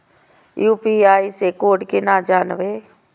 UPI से code केना जानवै?